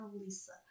Lisa